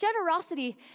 Generosity